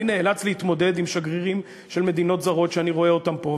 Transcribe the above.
אני נאלץ להתמודד עם שגרירים של מדינות זרות שאני רואה אותם פה,